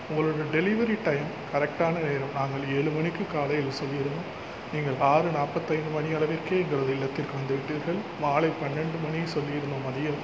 உங்களோட delivery time கரெக்ட்டான நேரம் நாங்கள் ஏழு மணிக்கு காலையில் சொல்லியிருந்தோம் நீங்கள் ஆறு நாப்பதைந்து மணி அளவிற்கே எங்களது இல்லத்திற்கு வந்து விட்டீர்கள் மாலை பன்னண்டு மணி சொல்லிருந்தோம் மதியம்